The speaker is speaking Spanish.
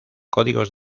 códigos